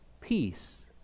peace